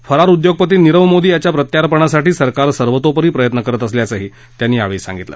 फरार उद्योगपती नीरव मोदी याच्या प्रत्यार्पणासाठी सरकार सर्वतोपरी प्रयत्न करत असल्याचंही त्यांनी यावेळी सांगितलं